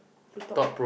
to talk